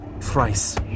thrice